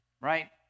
right